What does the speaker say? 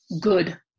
good